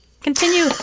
continue